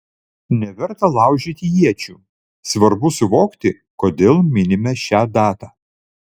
neverta laužyti iečių svarbu suvokti kodėl minime šią datą